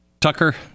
Tucker